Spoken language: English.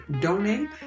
donate